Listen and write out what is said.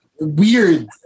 weird